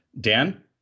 Dan